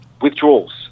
withdrawals